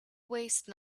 waste